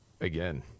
Again